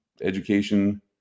education